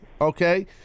okay